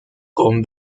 con